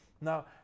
Now